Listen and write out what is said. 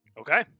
Okay